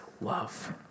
love